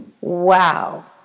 Wow